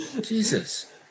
Jesus